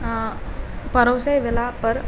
पड़ोसै वाला पर